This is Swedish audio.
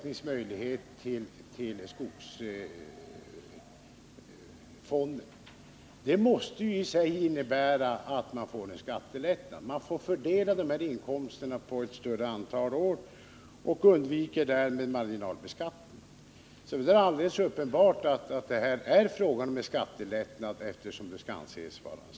Om man ökar möjligheterna att avsätta till skogsfonden, så måste ju detta i sig innebära att det blir fråga om en skattelättnad. Man får fördela inkomsterna på ett större antal år och undviker därmed marginalbeskattningen. Det är alldeles uppenbart att den stimulans man talar om utgörs av en skattelättnad.